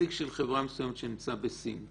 חברה מסוימת שנמצא בסין,